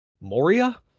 Moria